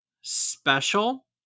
special